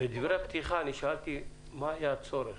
בדברי הפתיחה שאלתי מה היה הצורך?